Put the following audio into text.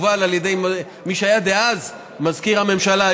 זה הובל על ידי מי שהיה דאז מזכיר הממשלה,